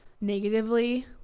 negatively